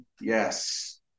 yes